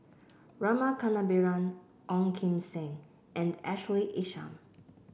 Rama Kannabiran Ong Kim Seng and Ashley Isham